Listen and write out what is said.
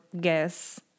guess